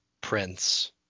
prince